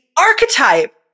archetype